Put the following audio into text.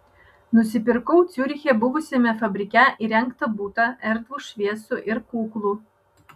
nusipirkau ciuriche buvusiame fabrike įrengtą butą erdvų šviesų ir kuklų